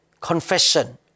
Confession